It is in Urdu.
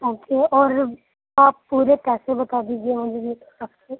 اوکے اور آپ پورے پیسے بتا دیجیے مجھے اس حساب سے